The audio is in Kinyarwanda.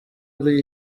ari